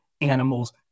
animals